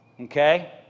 Okay